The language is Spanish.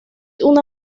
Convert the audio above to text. una